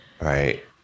Right